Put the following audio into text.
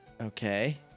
okay